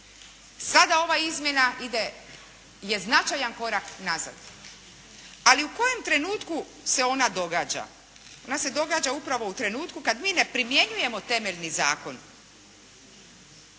Sada ova izmjena ide, je značajan korak nazad. Ali, u kojem trenutku se ona događa? Ona se događa upravo u trenutku kad mi ne primjenjujemo temeljni zakon.